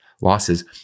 losses